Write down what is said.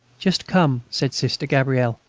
just come, said sister gabrielle.